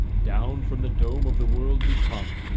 down from the dome of the world we come,